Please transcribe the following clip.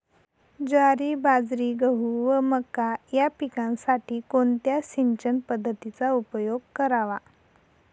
ज्वारी, बाजरी, गहू व मका या पिकांसाठी कोणत्या सिंचन पद्धतीचा उपयोग करावा?